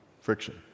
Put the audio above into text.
friction